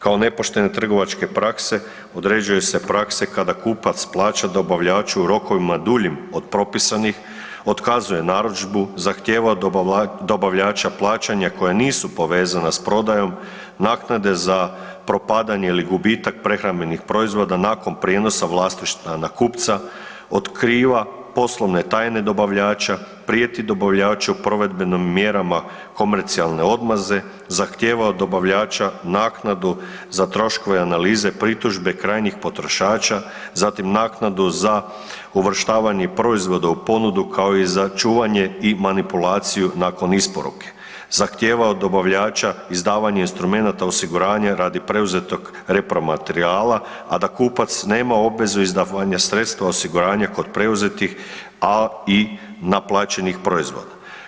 Kao nepoštene trgovačke prakse određuje se prakse kada kupac plaća dobavljaču u rokovima duljim od propisanih, otkazuje narudžbu, zahtijeva od dobavljača plaćanja koja nisu povezana s prodajom naknade za propadanje ili gubitak prehrambenih proizvoda nakon prijenosa vlasništva na kupca, otkriva poslovne tajne dobavljača, prijeti dobavljaču provedbenim mjerama komercijalne odmazde, zahtijeva od dobavljača naknadu za troškove analize pritužbe krajnjih potrošača, zatim naknadu za uvrštavanje proizvoda u ponudu kao i za čuvanje i manipulaciju nakon isporuke, zahtijeva od dobavljača izdavanje instrumenata osiguranja radi preuzetog repromaterijala, a da kupac nema obvezu izdavanja sredstva osiguranja kod preuzetih, a i naplaćenih proizvoda.